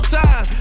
time